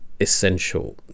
essential